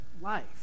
life